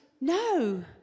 No